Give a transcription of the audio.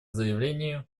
заявлению